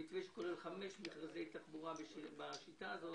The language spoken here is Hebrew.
המתווה שכולל חמישה מכרזי תחבורה בשיטה הזאת,